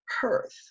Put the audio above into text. Perth